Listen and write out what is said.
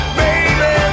baby